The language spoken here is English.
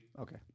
Okay